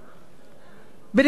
בניגוד, כנראה,